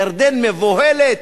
ירדן מבוהלת,